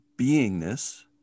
beingness